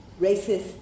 racist